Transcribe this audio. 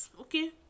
okay